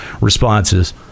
responses